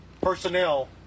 personnel